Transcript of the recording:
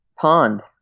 pond